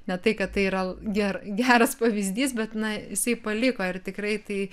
ne tai kad tai yra ger geras pavyzdys bet na jisai paliko ir tikrai tai